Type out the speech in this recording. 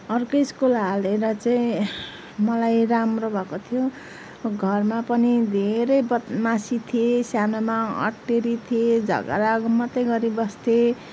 अर्कै स्कुल हालेर चाहिँ मलाई राम्रो भएको थियो घरमा पनि धेरै बदमासी थिएँ सानोमा अटेरी थिएँ झगडा मात्रै गरिबस्थेँ